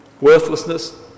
worthlessness